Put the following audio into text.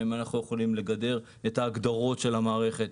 כמו האם אנחנו יכולים לגדר את ההגדרות של המערכת,